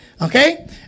Okay